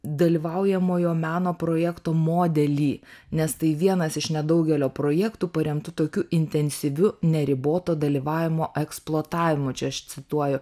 dalyvaujamojo meno projekto modelį nes tai vienas iš nedaugelio projektų paremtų tokiu intensyviu neriboto dalyvavimo eksploatavimo čia aš cituoju